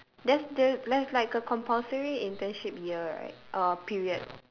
there's the there's like a compulsory internship year right uh period